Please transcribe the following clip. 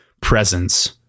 presence